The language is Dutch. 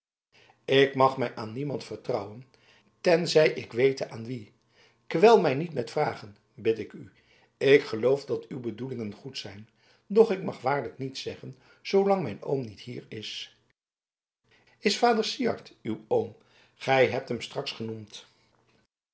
ik mag mij aan niemand vertrouwen tenzij ik wete aan wien kwel mij niet met vragen bid ik u ik geloof dat uw bedoelingen goed zijn doch ik mag waarlijk niets zeggen zoolang mijn oom niet hier is is vader syard uw oom gij hebt hem straks genoemd